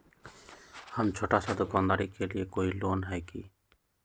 हम छोटा सा दुकानदारी के लिए कोई लोन है कि?